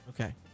Okay